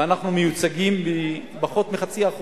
ואנחנו מיוצגים בפחות מ-0.5%.